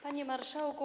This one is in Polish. Panie Marszałku!